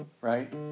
right